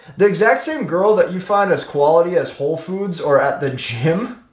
the exact same girl that you find as quality as whole foods or at the gym,